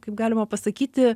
kaip galima pasakyti